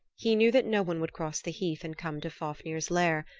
he knew that no one would cross the heath and come to fafnir's lair,